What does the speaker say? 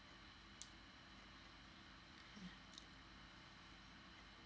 mm